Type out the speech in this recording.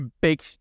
big